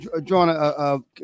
John